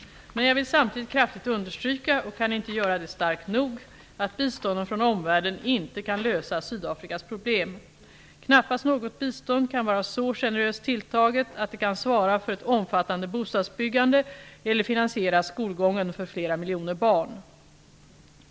Men jag vill samtidigt kraftigt understryka, och kan inte göra det starkt nog, att biståndet från omvärlden inte kan lösa Sydafrikas problem. Knappast något bistånd kan vara så generöst tilltaget att det kan svara för ett omfattande bostadsbyggande eller finansiera skolgången för flera miljoner barn.